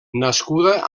nascuda